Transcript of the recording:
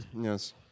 Yes